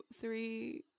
three